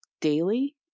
daily